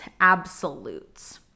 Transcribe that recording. absolutes